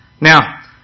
Now